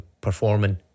performing